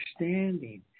understanding